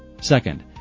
Second